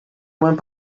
went